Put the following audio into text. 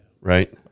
Right